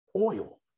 Oil